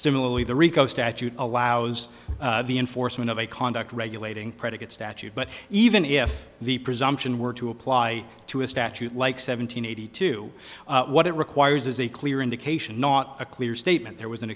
similarly the rico statute allows the enforcement of a conduct regulating predicate statute but even if the presumption were to apply to a statute like seven hundred eighty two what it requires is a clear indication not a clear statement there was an